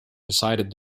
decided